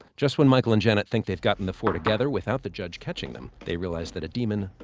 just when michael and janet think they've gotten the four together without the judge catching them, they realize that a demon,